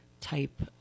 type